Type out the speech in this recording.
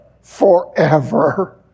forever